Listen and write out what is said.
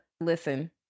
Listen